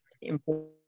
important